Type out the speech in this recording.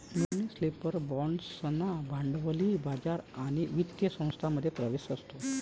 municipal बाँड्सना भांडवली बाजार आणि वित्तीय संस्थांमध्ये प्रवेश असतो